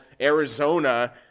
Arizona